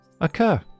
occur